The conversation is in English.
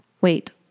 Wait